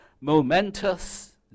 momentous